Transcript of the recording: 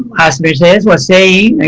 as mercedes was saying,